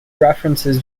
references